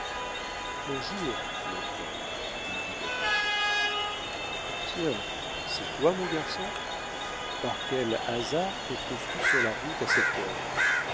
bonjour mon père lui dit david tiens c'est toi mon garçon par quel hasard te trouves-tu sur la route à cette heure